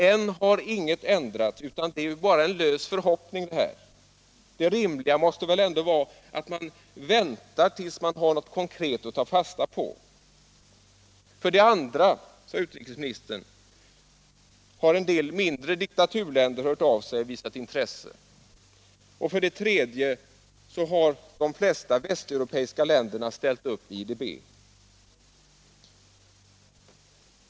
Än har ingenting ändrats, utan det är bara en lös förhoppning. Det rimliga måste väl ändå vara att man väntar tills man har något konkret att ta fasta på. Det andra är att en del mindre diktaturländer har hört av sig och visat intresse. Det tredje är att de flesta västeuropeiska länderna ställt upp i IDB.